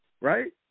right